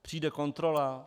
Přijde kontrola.